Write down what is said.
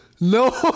No